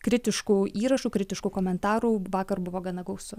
kritiškų įrašų kritiškų komentarų vakar buvo gana gausu